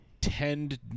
tend